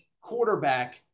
quarterback